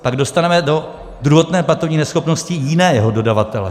Tak dostaneme do druhotné platební neschopnosti jiného dodavatele.